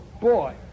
boy